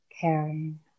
caring